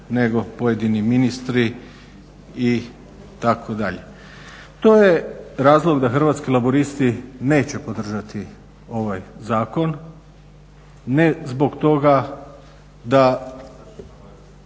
nego pojedini ministri itd. To je razlog da Hrvatski laburisti neće podržati ovaj zakon ne zbog toga da